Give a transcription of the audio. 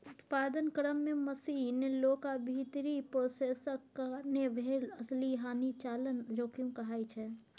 उत्पादन क्रम मे मशीन, लोक आ भीतरी प्रोसेसक कारणेँ भेल असली हानि परिचालन जोखिम कहाइ छै